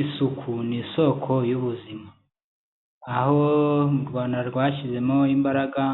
Isuku ni isoko y'ubuzima aho u Rwanda rwashyizemo imbaraga